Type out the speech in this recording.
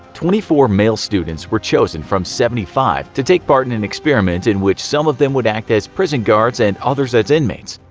twenty four male students were chosen from seventy five to take part and in an experiment in which some of them would act as prison guards and others as inmates.